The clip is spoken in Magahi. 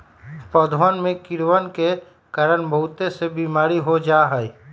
पौधवन में कीड़वन के कारण बहुत से बीमारी हो जाहई